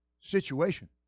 situation